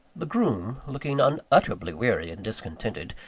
the groom, looking unutterably weary and discontented,